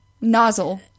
nozzle